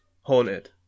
haunted